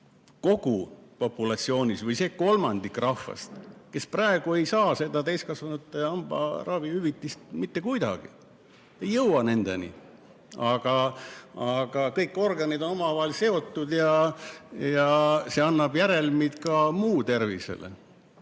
kogu populatsioonis või see kolmandik rahvast, kes praegu ei saa seda täiskasvanute hambaravihüvitist mitte kuidagi, see ei jõua nendeni. Aga kõik organid on omavahel seotud ja see annab järelmid ka muule tervisele. Nii